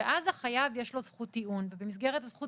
ואז לחייב יש זכות טיעון ובמסגרת זכות